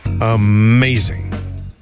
amazing